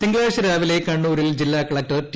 തിങ്കളാഴച രാവിലെ കണ്ണൂരിൽ ജില്ലാ കളക്ടർ ടി